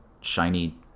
shiny